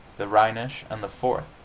the rhenish and the fourth.